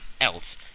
else